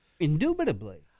Indubitably